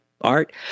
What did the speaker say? art